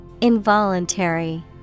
Involuntary